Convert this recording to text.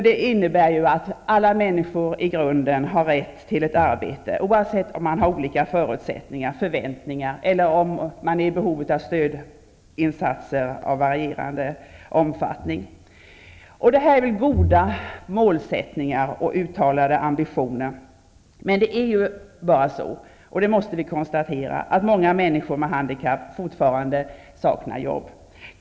Det innebär ju att alla människor i grunden har rätt till ett arbete -- oavsett förutsättningar eller förväntningar eller om man är i behov av stödinsatser av varierande omfattning. De målsättningar och ambitioner som det här talas om är goda. Men många människor som har ett handikapp saknar fortfarande jobb.